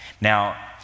Now